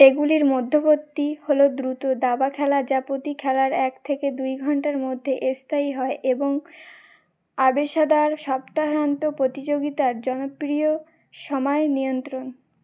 এগুলির মধ্যপত্তি হল দ্রুত দাবা খেলা যাপতি খেলার এক থেকে দুই ঘন্টার মধ্যে এসস্থায়ী হয় এবং আবেসাদার সপ্তাহান্তে প্রতিযোগিতার জনপ্রিয় সময় নিয়ন্ত্রণ